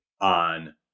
on